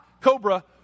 cobra